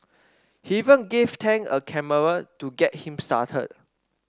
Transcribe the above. he even gave Tang a camera to get him started